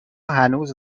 هنوز